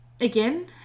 again